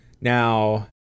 Now